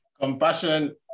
Compassion